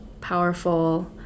powerful